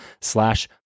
slash